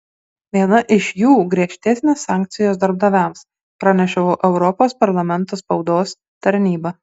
viena iš jų griežtesnės sankcijos darbdaviams praneša europos parlamento spaudos tarnyba